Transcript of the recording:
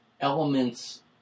elements